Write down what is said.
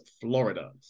Florida